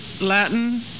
Latin